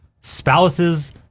spouses